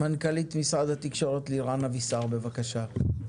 מנכ"לית משרד התקשורת, לירן אבישר, בבקשה.